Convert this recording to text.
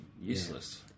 useless